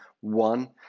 one